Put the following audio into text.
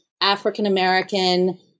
African-American